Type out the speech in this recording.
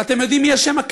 ואתם יודעים מי אשם?